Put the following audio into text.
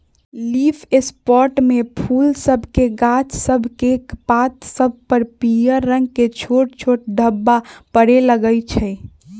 leaf spot में फूल सभके गाछ सभकेक पात सभ पर पियर रंग के छोट छोट ढाब्बा परै लगइ छै